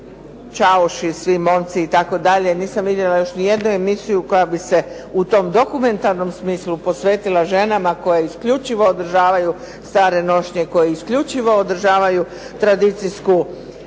čauši, svi momci itd., nisam vidjela još nijednu emisiju koja bi se u tom dokumentom smislu posvetila ženama koje isključivo održava stare nošnje, koje isključivo održavaju tradicijsku,